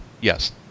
Yes